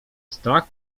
strach